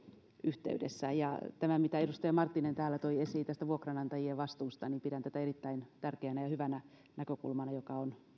yhteydessä ja mitä edustaja marttinen täällä toi esiin tästä vuokranantajien vastuusta niin pidän tätä erittäin tärkeänä ja hyvänä näkökulmana että